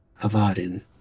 Avarin